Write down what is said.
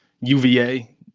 UVA